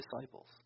disciples